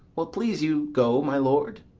will't please you go, my lord?